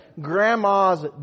grandma's